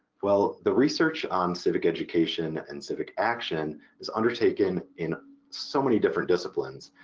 well, the research on civic education and civic action is undertaken in so many different disciplines.